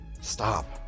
stop